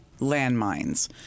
landmines